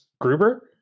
Gruber